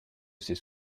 ces